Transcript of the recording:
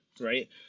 right